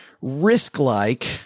risk-like